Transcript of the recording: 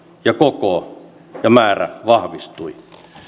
ja koko ja määrä vahvistuivat